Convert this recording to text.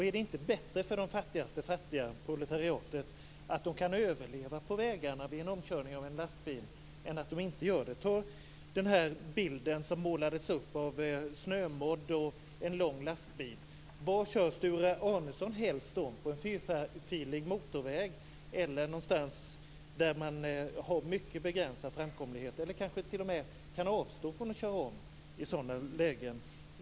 Är det inte bättre att de fattigaste fattiga, proletariatet, kan överleva på vägarna vid en omkörning av en lastbil än att de inte gör det? Vi kan ta den bild som målades upp av snömodd och en lång lastbil. Var kör Sture Arnesson helst om, på en fyrfilig motorväg eller någonstans där det är mycket begränsad framkomlighet? Det är kanske t.o.m. så att man får avstå från att köra om i sådana lägen.